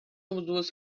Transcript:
was